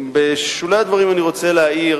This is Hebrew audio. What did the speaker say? בשולי הדברים אני רוצה להעיר